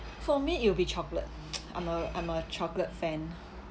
for me it will be chocolate I'm a I'm a chocolate fan